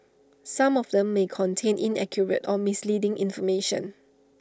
some of them may contain inaccurate or misleading information